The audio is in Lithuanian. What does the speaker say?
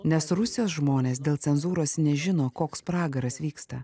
nes rusijos žmonės dėl cenzūros nežino koks pragaras vyksta